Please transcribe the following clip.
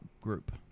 group